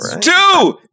two